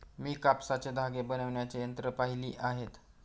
मी कापसाचे धागे बनवण्याची यंत्रे पाहिली आहेत